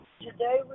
Today